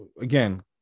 again